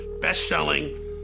best-selling